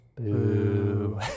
Boo